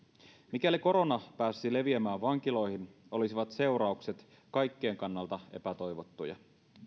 mikäli korona pääsisi leviämään vankiloihin olisivat seuraukset kaikkien kannalta epätoivottuja